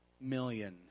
million